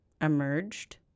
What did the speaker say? emerged